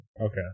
Okay